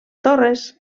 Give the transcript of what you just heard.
torres